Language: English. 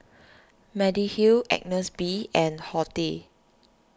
Mediheal Agnes B and Horti